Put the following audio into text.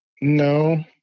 no